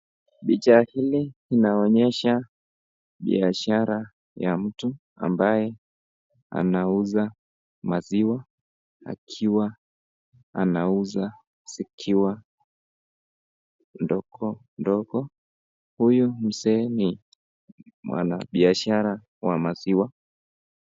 Picha hili inaonyesha biashara ya mtu ambaye anauza maziwa akiwa anauza zikiwa ndogo ndogo. Huyu mzee ni mwanabiashara wa maziwa.